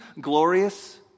Glorious